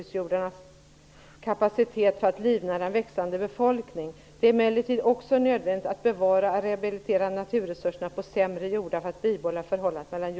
Kapitel 14 i Agenda 21 handlar om jordbruket.